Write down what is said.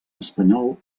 espanyol